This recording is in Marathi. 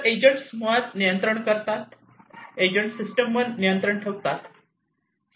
तर एजंट्स मुळात नियंत्रण करतात एजंट सिस्टमवर नियंत्रण ठेवतात